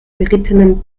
berittenem